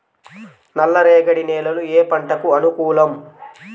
నల్ల రేగడి నేలలు ఏ పంటకు అనుకూలం?